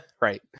right